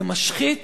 זה משחית